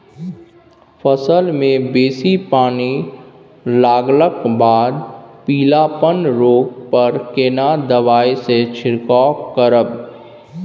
फसल मे बेसी पानी लागलाक बाद पीलापन रोग पर केना दबाई से छिरकाव करब?